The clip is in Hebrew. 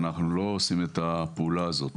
אנחנו לא עושים את הפעולה הזאת,